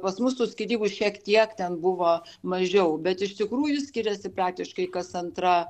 pas mus tų skyrybų šiek tiek ten buvo mažiau bet iš tikrųjų skiriasi praktiškai kas antra